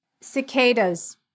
cicadas